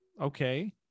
okay